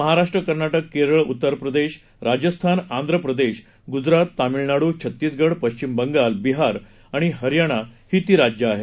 महाराष्ट्र कर्नाटक केरळ उत्तर प्रदेश राजस्थान आंध्र प्रदेश गुजरात तामिळनाडू छत्तीसगड पश्चिम बंगाल बिहार आणि हरियाणा ही ती राज्यं आहेत